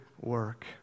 work